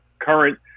current